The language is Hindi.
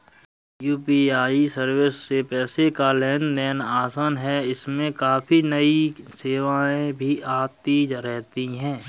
यू.पी.आई सर्विस से पैसे का लेन देन आसान है इसमें काफी नई सेवाएं भी आती रहती हैं